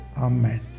Amen